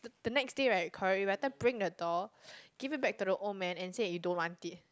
the the next day right correct you better bring the doll give it back to the old man and say you don't want it